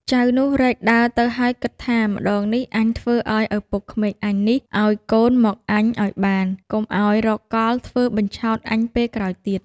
ចៅនោះរែកដើរទៅហើយគិតថា ម្តងនេះអញធ្វើឱ្យឪពុកក្មេកអញនេះ ឱ្យកូនមកអញឱ្យបាន កុំឱ្យរកកលធ្វើបញ្ឆោតអញពេលក្រោយទៀត។